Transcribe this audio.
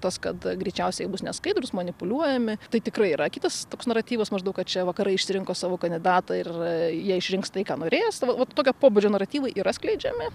tas kad greičiausiai bus neskaidrūs manipuliuojami tai tikrai yra kitas toks naratyvas maždaug kad čia vakarai išsirinko savo kandidatą ir jie išrinks tai ką norėjo savo vat tokio pobūdžio naratyvai yra skleidžiami